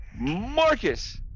Marcus